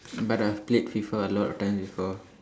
but I've played Fifa a lot of times before